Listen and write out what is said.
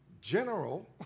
general